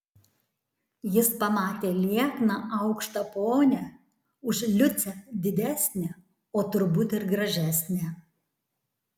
jis pamatė liekną aukštą ponią už liucę didesnę o turbūt ir gražesnę